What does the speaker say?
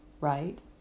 right